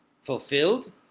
fulfilled